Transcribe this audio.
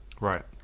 right